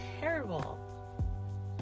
terrible